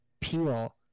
Peel